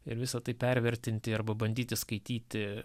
ir visa tai pervertinti arba bandyti skaityti